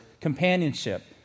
companionship